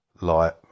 light